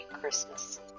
Christmas